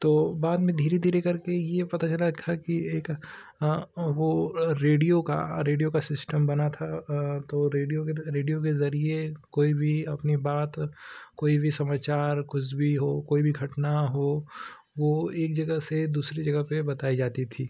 तो बाद में धीरे धीरे करके यह पता चला था कि एक वह रेडियो का रेडियो का सिस्टम बना था तो रेडियो के तो रेडियो के ज़रिये कोई भी अपनी बात कोई भी समाचार कुछ भी हो कोई भी घटना हो वह एक जगह से दूसरी जगह पर बताई जाती थी